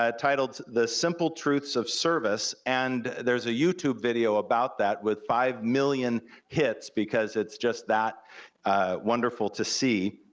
ah titled the simple truths of service, and there's a youtube video about that with five million hits, because it's just that wonderful to see.